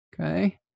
Okay